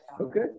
Okay